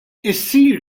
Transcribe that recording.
issir